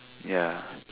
ya